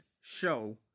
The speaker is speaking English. show